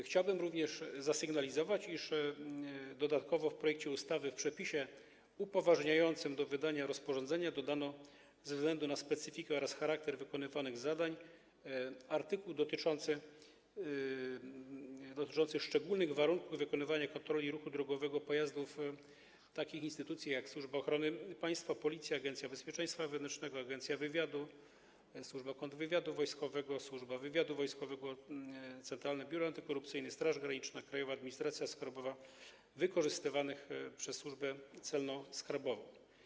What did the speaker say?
Chciałbym również zasygnalizować, iż dodatkowo w projekcie ustawy w przepisie upoważniającym do wydania rozporządzenia dodano ze względu na specyfikę oraz charakter wykonywanych zadań punkt dotyczący szczególnych warunków wykonywania kontroli ruchu drogowego pojazdów Służby Ochrony Państwa, Policji, Agencji Bezpieczeństwa Wewnętrznego, Agencji Wywiadu, Służby Kontrwywiadu Wojskowego, Służby Wywiadu Wojskowego, Centralnego Biura Antykorupcyjnego, Straży Granicznej, Krajowej Administracji Skarbowej wykorzystywanych przez Służbę Celno-Skarbową.